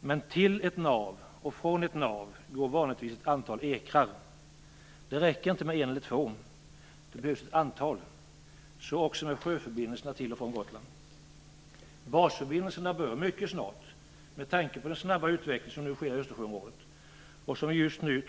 Men till ett nav och från ett nav går vanligtvis ett antal ekrar. Det räcker inte med en eller två. Det behövs ett antal. Så också med sjöförbindelserna till och från Gotland. Basförbindelserna bör mycket snart - med tanke på den snabba utveckling som nu sker i Östersjöområdet, och som vi just nu